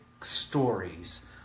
stories